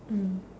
mm